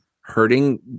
hurting